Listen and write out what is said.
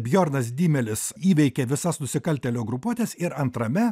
bjornas dymelis įveikė visas nusikaltėlių grupuotes ir antrame